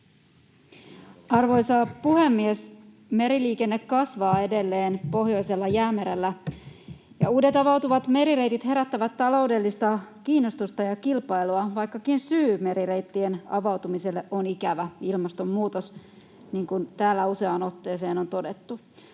Arvoisa puhemies! Meriliikenne kasvaa edelleen Pohjoisella jäämerellä, ja uudet avautuvat merireitit herättävät taloudellista kiinnostusta ja kilpailua, vaikkakin syy merireittien avautumiselle on ikävä: ilmastonmuutos, niin kuin täällä useaan otteeseen on todettu.